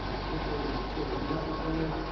particularly in the facilities master plan.